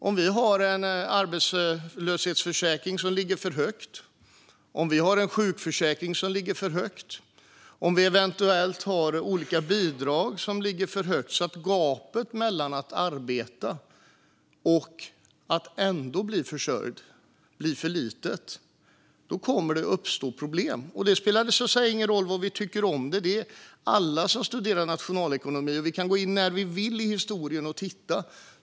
Om vi har en arbetslöshetsförsäkring som ligger för högt, en sjukförsäkring som ligger för högt eller olika bidrag som ligger för högt, så att gapet mellan att arbeta och att ändå bli försörjd blir för litet, kommer det att uppstå problem. Det spelar så att säga ingen roll vad vi tycker om det. Det vet alla som studerar nationalekonomi. Vi kan gå in när vi vill i historien och titta.